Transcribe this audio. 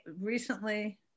recently